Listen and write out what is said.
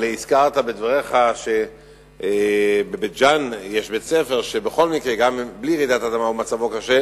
אבל הזכרת בדבריך שבבית-ג'ן יש בית-ספר שגם בלי רעידת אדמה מצבו קשה.